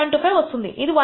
25 వస్తుంది ఇది 1